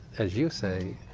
as you say,